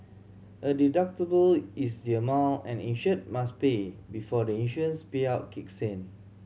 a deductible is the amount an insured must pay before the insurance payout kicks in